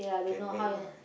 can make lah